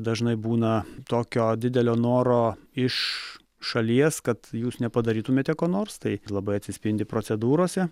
dažnai būna tokio didelio noro iš šalies kad jūs nepadarytumėte ko nors tai labai atsispindi procedūrose